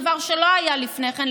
דבר שלא היה לפני כן,